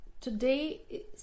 today